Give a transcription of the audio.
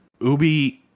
ubi